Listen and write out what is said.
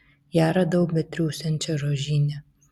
ją radau betriūsiančią rožyne